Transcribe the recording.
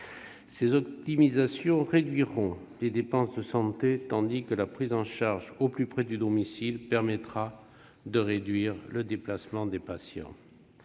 Ces optimisations réduiront les dépenses de santé, tandis que la prise en charge au plus près du domicile permettra de limiter les déplacements des patients.,